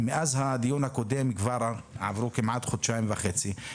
מאז הדיון הקודם עברו כבר כמעט חודשיים וחצי,